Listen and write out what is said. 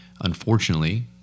Unfortunately